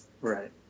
Right